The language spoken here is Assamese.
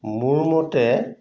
মোৰ মতে